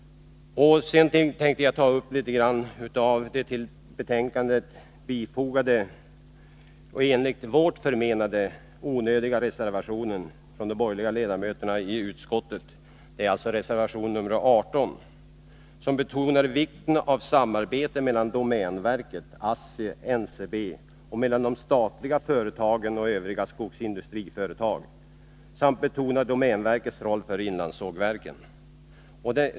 Till betänkandet är också fogad en, enligt vårt förmenande, onödig reservation av de borgerliga ledamöterna i utskottet. Reservation nr 18 betonar vikten av samarbete mellan domänverket, ASSI och NCB samt mellan de statliga företagen och övriga skogsindustriföretag och framhåller domänverkets roll för inlandssågverken.